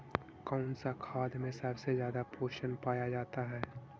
कौन सा खाद मे सबसे ज्यादा पोषण पाया जाता है?